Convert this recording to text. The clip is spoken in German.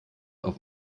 auf